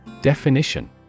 Definition